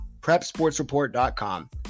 PrepSportsReport.com